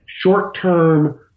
short-term